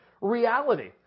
reality